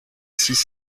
six